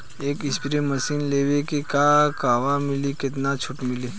एक spray machine लेवे के बा कहवा मिली केतना छूट मिली?